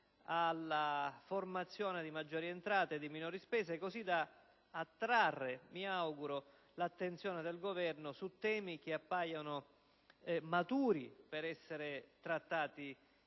alla formazione di maggiori entrate e di minori spese, così da attrarre, mi auguro, l'attenzione del Governo su temi che appaiono maturi per essere trattati